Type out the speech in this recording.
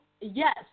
Yes